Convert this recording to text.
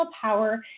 power